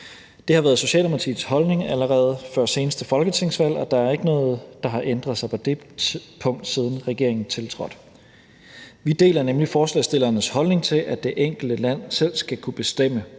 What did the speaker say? Det har været Socialdemokratiets holdning allerede før seneste folketingsvalg, og der er ikke noget, der har ændret sig på det punkt, siden regeringen tiltrådte. Vi deler nemlig forslagsstillernes holdning til, at det enkelte land selv skal kunne bestemme,